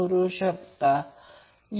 जर असेच केले तर त्याच प्रकारे ते मिळेल